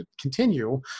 continue